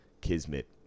kismet